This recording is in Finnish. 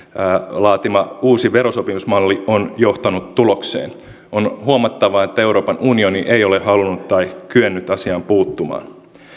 laatima uusi verosopimusmalli on johtanut tulokseen on huomattava että euroopan unioni ei ole halunnut tai kyennyt asiaan puuttumaan